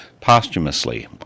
posthumously